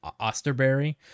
Osterberry